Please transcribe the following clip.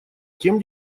тем